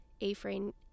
A-frame